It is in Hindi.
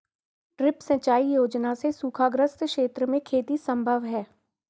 ड्रिप सिंचाई योजना से सूखाग्रस्त क्षेत्र में खेती सम्भव है